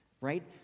right